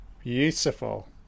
Beautiful